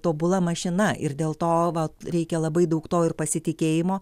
tobula mašina ir dėl to va reikia labai daug to ir pasitikėjimo